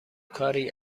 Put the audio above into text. کاری